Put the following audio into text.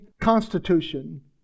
constitution